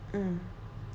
mm